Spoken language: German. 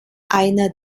einer